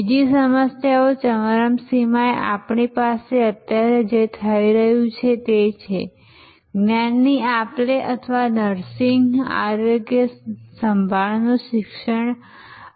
બીજી ચરમસીમાએ આપણી પાસે અત્યારે જે થઈ રહ્યું છે તે છે જ્ઞાનની આપ લે અથવા નર્સિંગ આરોગ્યસંભાળનું શિક્ષણ છે